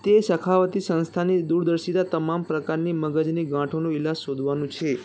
તે સખાવતી સંસ્થાની દૂરદર્શિતા તમામ પ્રકારની મગજની ગાંઠોનો ઈલાજ શોધવાનું છે